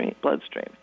bloodstream